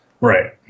right